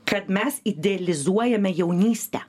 kad mes idealizuojame jaunystę